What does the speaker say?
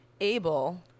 able